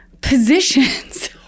positions